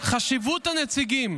חשיבות הנציגים